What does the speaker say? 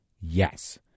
Yes